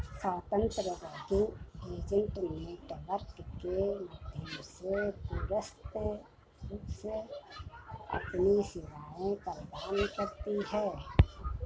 स्वतंत्र banking agent network के माध्यम से दूरस्थ रूप से अपनी सेवाएं प्रदान करता है